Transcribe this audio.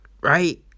right